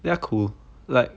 they are cool like